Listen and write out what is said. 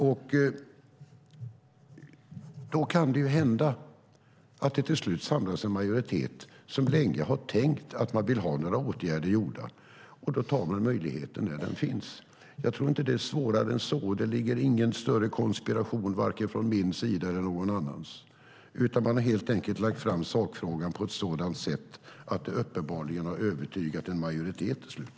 Till slut kan det hända att det samlas en majoritet som länge har tänkt och velat ha några åtgärder vidtagna, och så tar man möjligheten när den finns. Jag tror inte att det är svårare än så. Det ligger ingen större konspiration från vare sig min eller någon annans sida. Sakfrågan har helt enkelt lagts fram på ett sådant sätt att det uppenbarligen har övertygat en majoritet till slut.